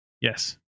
Yes